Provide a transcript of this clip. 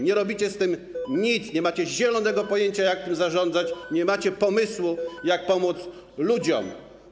Nie robicie z tym nic, nie macie zielonego pojęcia, jak tym zarządzać, nie macie pomysłu, jak pomóc ludziom.